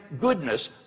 goodness